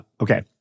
Okay